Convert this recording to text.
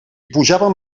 pujàvem